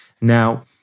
Now